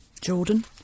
Jordan